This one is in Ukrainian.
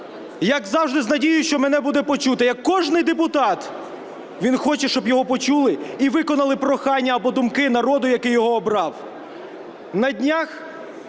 як завжди, з надією, що мене буде почуто, як кожний депутат, він хоче, щоб його почули і виконали прохання або думки народу, який його обрав.